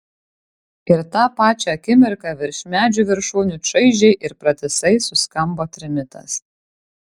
ir tą pačią akimirką virš medžių viršūnių čaižiai ir pratisai suskambo trimitas